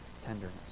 tenderness